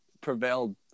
prevailed